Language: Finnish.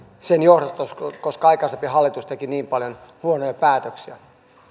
sen johdosta että aikaisempi hallitus teki niin paljon huonoja päätöksiä